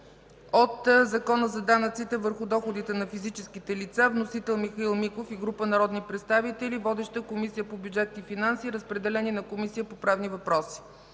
от Закона за данъците върху доходите на физическите лица. Вносител – Михаил Миков и група народни представители. Водеща е Комисията по бюджет и финанси. Разпределен е на Комисията по правни въпроси.